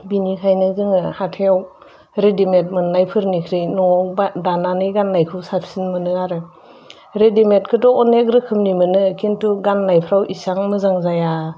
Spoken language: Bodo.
बेनिखायनो जोङो हाथाइयाव रेदिमेद मोननायफोरनिख्रुय न'आव दानानै गाननायखौ साबसिन मोनो आरो रेदिमेदखौथ' अनेग रोखोमनि मोनो खिन्थु गाननायफ्राव इसेबां मोजां जाया